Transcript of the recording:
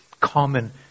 common